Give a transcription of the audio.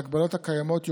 וההגבלות הקיימות יוקפאו.